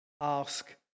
ask